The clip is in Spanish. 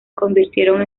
convirtieron